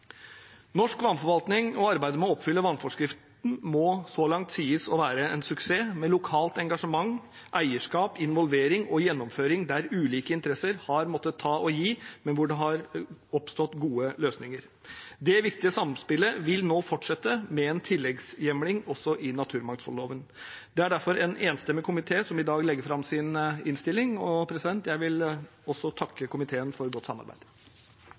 Norsk vannforvaltning og arbeidet med å oppfylle vannforskriften må så langt sies å være en suksess, med lokalt engasjement, eierskap, involvering og gjennomføring der ulike interesser har måttet ta og gi, men hvor det har oppstått gode løsninger. Det viktige samspillet vil nå fortsette med en tilleggshjemling også i naturmangfoldloven. Det er derfor en enstemmig komité som i dag anbefaler sin innstilling, og jeg vil også takke komiteen for godt samarbeid.